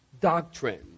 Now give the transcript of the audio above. doctrine